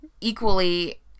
equally